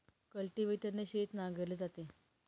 कल्टिव्हेटरने शेत नांगरले जाते